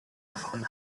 davon